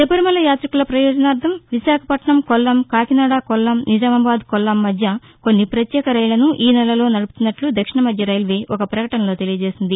శబరిమల యాతికుల పయోజనార్దం విశాఖపట్నం కొల్లాం కాకినాడ కొల్లాం నిజామాబాద్ కొల్లాం మధ్య కొన్ని ప్రత్యేక రైళ్లను ఈ నెలలో నడుపుతున్నట్లు దక్షిణ మధ్య రైల్వే ఒక ప్రకటనలో తెలియజేసింది